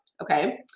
Okay